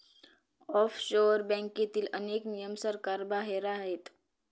offshore बँकेतील अनेक नियम सरकारबाहेर आहेत